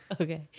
okay